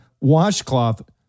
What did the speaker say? washcloth